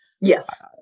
yes